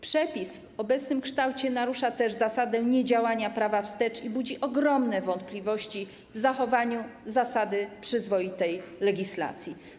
Przepis w obecnym kształcie narusza też zasadę niedziałania prawa wstecz i budzi ogromne wątpliwości co do zachowania zasady przyzwoitej legislacji.